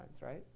right